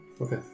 Okay